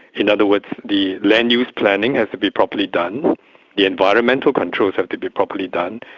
in other words, the land use planning has to be properly done the environmental controls have to be properly done,